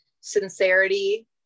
sincerity